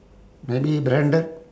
maybe branded